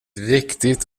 viktigt